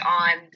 on